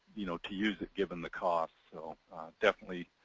you know to use it given the cost. so definitely